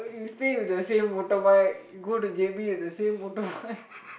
stay with the same motorbike go to J_B with the same motorbike